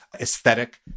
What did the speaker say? aesthetic